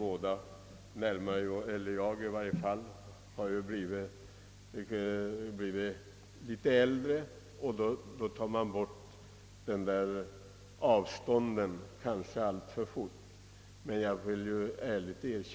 Åtminstone jag själv har ju blivit litet äldre, och då bortser man kanske alltför lätt från avstånden i ålder.